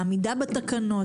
בעמידה בתקנות,